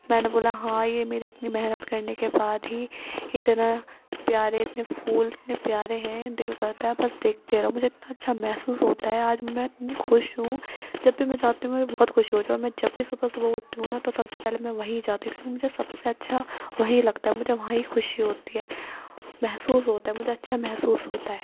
میں نے بولا ہاں یہ میری اتنی محنت کرنے کے بعد ہی اتنا پیارے اتنے پھول اتنے پیارے ہیں دل کرتا ہے بس دیکھتے رہو مجھے اتنا اچھا محسوس ہوتا ہے آج میں اتنی خوش ہوں جب بھی میں جاتی ہوں مجھے بہت خوشی ہوتی ہے اور میں جب بھی صبح صبح اٹھی ہوں نا تو سب سے پہلے میں وہیں جاتی ہوں کیونکہ مجھے سب سے اچھا وہیں لگتا ہے مجھے وہیں خوشی ہوتی ہے محسوس ہوتا ہے مجھے اچھا محسوس ہوتا ہے